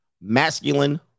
masculine